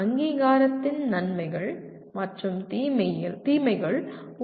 அங்கீகாரத்தின் நன்மைகள் மற்றும் தீமைகள் உங்கள் பார்வையில் என்ன